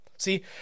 See